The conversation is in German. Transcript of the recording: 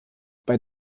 bei